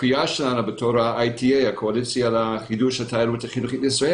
הקביעה שלנו כקואליציה לחידוש התיירות החינוכית לישראל